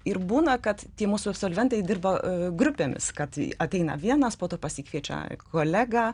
ir būna kad tie mūsų absolventai dirba grupėmis kad ateina vienas po to pasikviečia kolegą